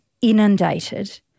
inundated